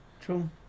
True